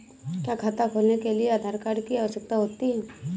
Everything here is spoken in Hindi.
क्या खाता खोलने के लिए आधार कार्ड की आवश्यकता होती है?